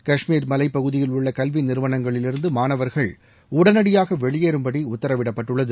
காஷ்மீர் மலைப்பகுதியில் உள்ள கல்வி நிறுவனங்களிலிருந்து மாணவர்கள் உடனடியாக வெளியேறம்படி உத்தரவிடப்பட்டுள்ளது